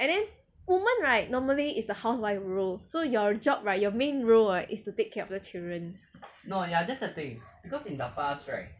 and then women right normally is the house wife role so your job right your main role right is to take care of the children